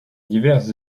divers